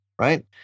right